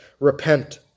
Repent